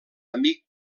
amic